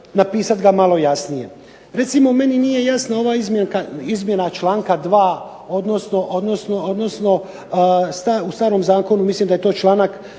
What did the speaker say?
napisati ga malo jasnije. Recimo meni nije jasna izmjena ovog članka 2. u starom zakonu mislim da je to članak